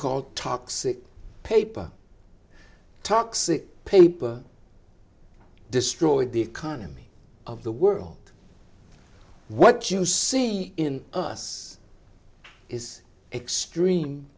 called toxic paper toxic paper destroy the economy of the world what you see in us is extreme